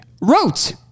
wrote